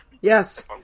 yes